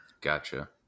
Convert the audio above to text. Gotcha